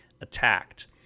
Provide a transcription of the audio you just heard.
attacked